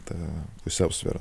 tą pusiausvyrą